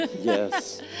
Yes